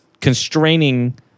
constraining